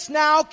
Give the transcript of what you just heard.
now